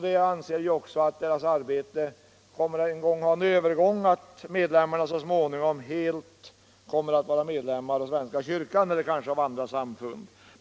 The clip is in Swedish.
De anser också att arbetet i kyrkan så småningom kommer att upphöra och att medlemmarna kommer att gå över i svenska kyrkan eller andra samfund.